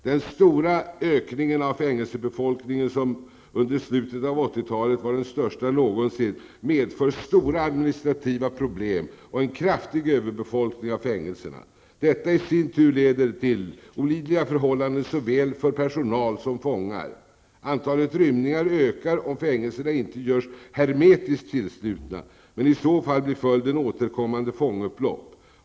Den stora ökningen av fängelsebefolkningen, som under slutet av 80-talet var den största någonsin, medför stora administrativa problem och en kraftig överbefolkning av fängelserna. Detta i sin tur leder till olidliga förhållanden såväl för personal som för fångar. Antalet rymningar ökar om fängelserna inte görs hermetisk tillslutna. Men i så fall blir följden återkommande fångupplopp.